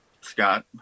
Scott